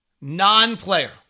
non-player